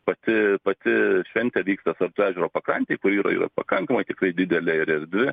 pati pati šventė vykta sartų ežero pakrantėj kur yra jos pakankamai tikrai didelė ir erdvi